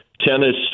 tennis